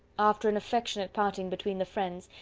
after an affectionate parting between the friends,